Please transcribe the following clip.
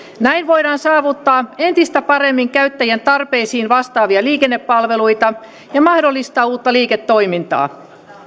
näin voidaan saavuttaa entistä paremmin käyttäjän tarpeisiin vastaavia liikennepalveluita ja mahdollistaa uutta liiketoimintaa